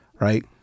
Right